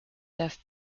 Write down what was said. deaf